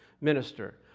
minister